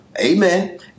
Amen